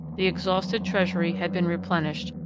the exhausted treasury had been replenished,